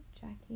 Jackie